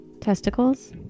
Testicles